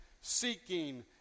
seeking